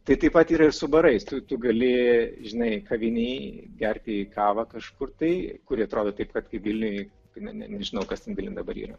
tai taip pat yra su barais tu tu gali žinai kavinėj gerti kavą kažkur tai kuri atrodo taip pat kaip vilniuj tai ne ne nežinau kas vilniuj dabar yra